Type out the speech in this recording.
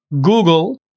Google